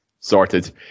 Sorted